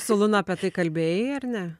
su luna apie tai kalbėjai ar ne